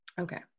okay